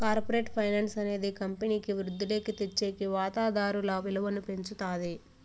corporate finance అనేది కంపెనీకి వృద్ధిలోకి తెచ్చేకి వాతాదారుల విలువను పెంచుతాది